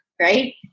right